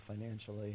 financially